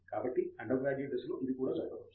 కాబట్టి undergraduate దశలో ఇది కూడా జరగవచ్చు